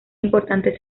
importante